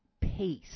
pace